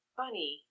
funny